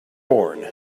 born